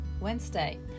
wednesday